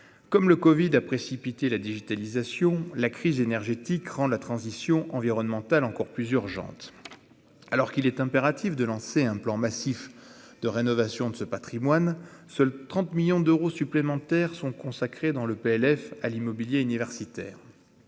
Comme le covid-19 a précipité la digitalisation, la crise énergétique rend la transition environnementale encore plus urgente. Alors qu'il est impératif de lancer un plan massif de rénovation de ce patrimoine, la dotation budgétaire consacrée à l'immobilier universitaire